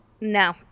No